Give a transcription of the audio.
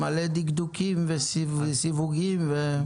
למלא דקדוקים וסיווגים וכולי.